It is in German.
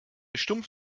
stumpf